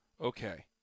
Okay